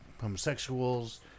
homosexuals